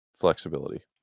flexibility